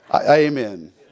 Amen